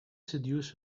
seduce